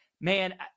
man